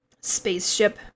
spaceship